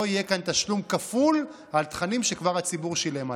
לא יהיה כאן תשלום כפול על תכנים שכבר הציבור שילם עליהם.